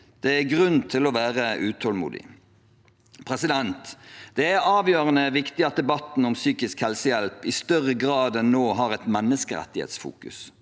Det er grunn til å være utålmodig. Det er avgjørende viktig at debatten om psykisk helsehjelp i større grad enn nå har et menneskerettighetsfokus.